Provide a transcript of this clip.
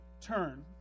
turn